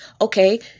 Okay